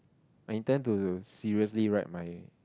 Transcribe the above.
I intend to seriously write my